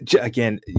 Again